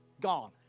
gone